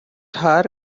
hour